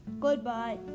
Goodbye